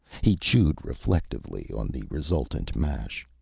he chewed reflectively on the resultant mash.